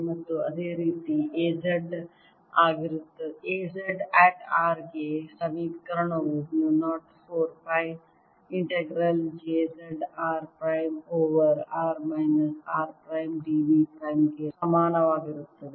ಮತ್ತು ಅದೇ ರೀತಿ A z ಅಟ್ r ಗೆ ಸಮೀಕರಣವು mu 0 4 pi integral j z r prime over r minus r prime d v prime ಗೆ ಸಮಾನವಾಗಿರುತ್ತದೆ